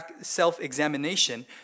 self-examination